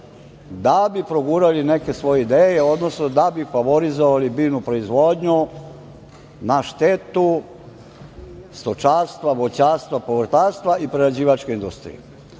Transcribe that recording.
da bi progurali neke svoje ideje, odnosno da bi favorizovali biljnu proizvodnju na štetu stočarstva, voćarstva, povrtarstva i prerađivačke industrije. Odbor